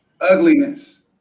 ugliness